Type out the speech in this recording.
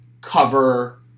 cover